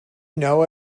know